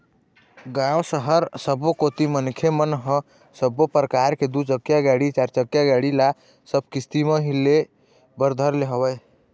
गाँव, सहर सबो कोती मनखे मन ह सब्बो परकार के दू चकिया गाड़ी, चारचकिया गाड़ी ल सब किस्ती म ही ले बर धर ले हवय